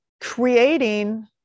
creating